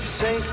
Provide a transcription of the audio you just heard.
say